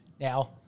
Now